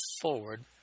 forward